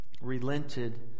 relented